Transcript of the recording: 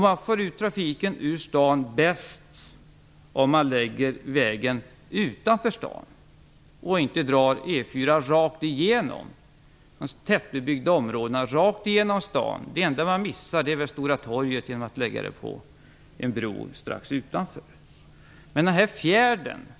Man får ut trafiken ur staden bäst om man lägger vägen utanför staden och inte drar den rakt igenom de tätbebyggda områdena, rakt igenom staden. Det enda man missar är Stora torget genom att man lägger den på en bro strax utanför staden.